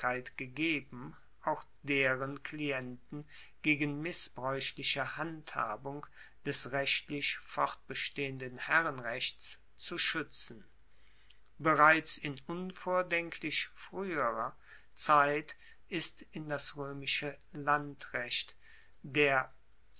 gegeben auch deren klienten gegen missbraeuchliche handhabung des rechtlich fortbestehenden herrenrechts zu schuetzen bereits in unvordenklich frueher zeit ist in das roemische landrecht der